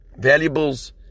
valuables